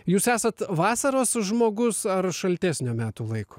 jūs esat vasaros žmogus ar šaltesnio metų laiku